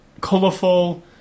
colourful